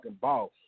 boss